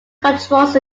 controls